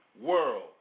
world